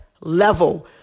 level